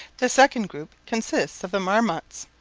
the second group consists of the marmots,